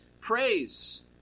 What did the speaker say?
praise